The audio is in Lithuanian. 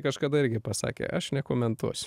kažkada irgi pasakė aš nekomentuosiu